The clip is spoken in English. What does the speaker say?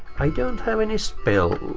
i don't have any spells.